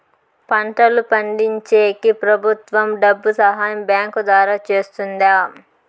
పంటలు పండించేకి ప్రభుత్వం డబ్బు సహాయం బ్యాంకు ద్వారా చేస్తుందా?